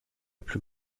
plus